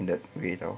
in that way [tau]